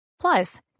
Plus